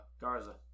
Garza